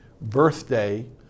birthday